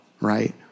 right